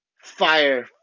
fire